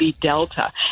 Delta